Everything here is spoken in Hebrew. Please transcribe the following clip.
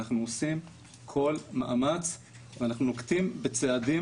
אנחנו עושים כל מאמץ ואנחנו נוקטים בצעדים